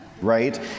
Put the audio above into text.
right